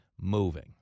moving